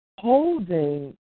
holding